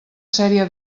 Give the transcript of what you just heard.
sèrie